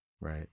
Right